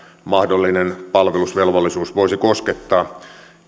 mahdollinen palvelusvelvollisuus voisi koskettaa